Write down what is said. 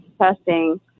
testing